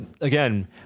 again